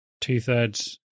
two-thirds